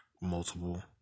multiple